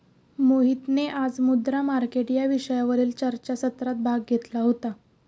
मोहितने आज मुद्रा मार्केट या विषयावरील चर्चासत्रात भाग घेतला होता